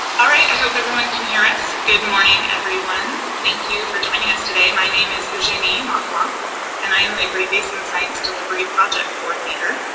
alright, i hope everyone can hear us. good morning everyone. thank you for joining us today. my name is genie montblanc and i am the great basin science delivery project coordinator.